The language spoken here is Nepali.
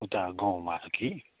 उता गाउँमा कि